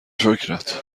شکرت